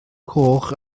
coch